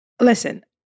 listen